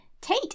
Tate